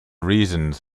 reasons